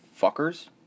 fuckers